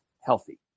healthy